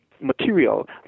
material